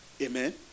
Amen